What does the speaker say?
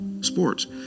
sports